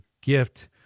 gift